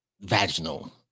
vaginal